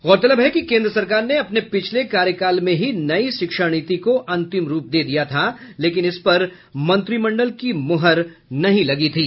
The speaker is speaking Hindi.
गौरतलब है कि केन्द्र सरकार ने अपने पिछले कार्यकाल में ही नई शिक्षा नीति को अंतिम रूप दे दिया था लेकिन इस पर मंत्रिमंडल की मुहर नहीं लगी थी